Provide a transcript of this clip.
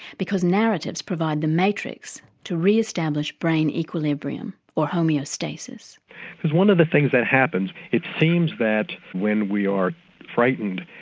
because narratives provide the matrix to re-establish brain equilibrium or homeostasis. because one of the things that happens, it seems that when we are frightened,